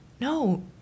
no